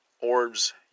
orbs